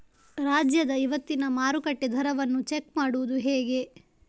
ರಾಜ್ಯದ ಇವತ್ತಿನ ಮಾರುಕಟ್ಟೆ ದರವನ್ನ ಚೆಕ್ ಮಾಡುವುದು ಹೇಗೆ?